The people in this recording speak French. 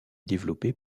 développée